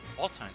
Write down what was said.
all-time